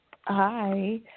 hi